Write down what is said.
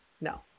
no